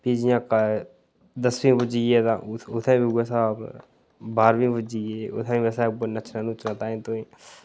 फ्ही जि'यां क दसमीं पुज्जियै तां उत्थै बी उ'यै स्हाब बाह्रमीं पुज्जियै उत्थै बी बस नच्चना नुच्चना ताहीं तुआंही